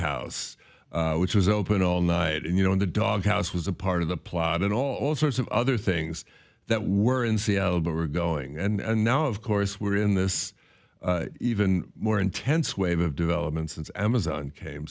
house which was open all night and you know in the dog house was a part of the plot and all sorts of other things that were in seattle but we're going and now of course we're in this even more intense wave of development since amazon came